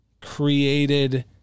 created